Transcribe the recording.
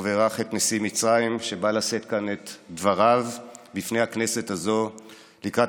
ובירך את נשיא מצרים שבא לשאת כאן את דבריו בפני הכנסת הזו לקראת